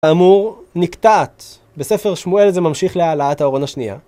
כאמור נקטעת. בספר שמואל זה ממשיך להעלאת האורן השנייה.